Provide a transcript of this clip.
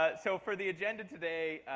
ah so for the agenda today,